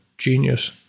genius